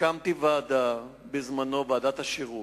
הקמתי ועדה בזמנו, ועדת השירות,